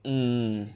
mm